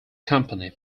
company